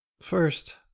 First